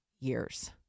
years